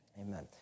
Amen